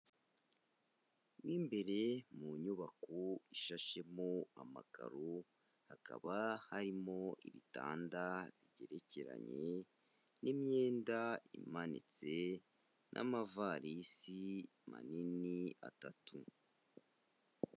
Mo imbere mu nyubako ishashemo amakaro, hakaba harimo ibitanda bigerekeranye n'imyenda imanitse n'amavarisi manini atatu.